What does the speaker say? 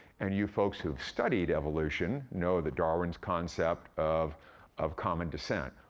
and you folks who've studied evolution know that darwin's concept of of common descent,